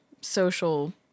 Social